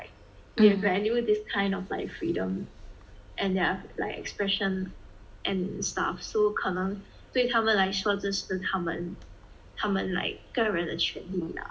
they value this kind of like freedom and their like expression and stuff so 可能对他们来说这是他们他们 like 个人的权利 lah